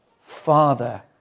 Father